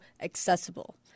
accessible